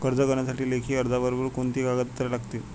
कर्ज करण्यासाठी लेखी अर्जाबरोबर कोणती कागदपत्रे लागतील?